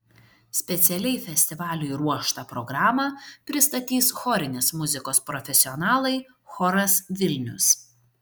specialiai festivaliui ruoštą programą pristatys chorinės muzikos profesionalai choras vilnius